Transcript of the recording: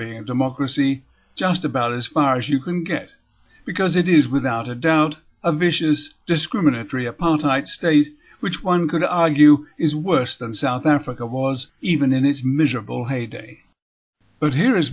being a democracy just about as far as you can get because it is without a doubt a vicious discriminatory apartheid state which one could argue is worse than south africa was even in its measurable heyday but here is